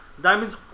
Diamond's